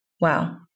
wow